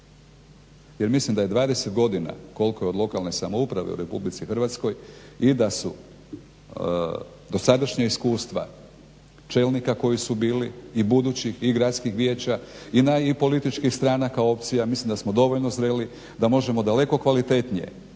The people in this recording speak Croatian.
jer mislim da je 20 godina koliko je od lokalne samouprave u RH i da su dosadašnja iskustva čelnika koji su bili i budućih i gradskih vijeća i političkih stranka opcija mislim da smo dovoljno zreli da možemo daleko kvalitetnije